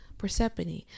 Persephone